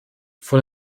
von